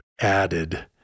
added